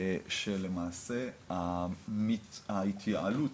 שלמעשה ההתייעלות